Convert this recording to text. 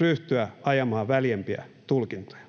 ryhtyä ajamaan väljempiä tulkintoja.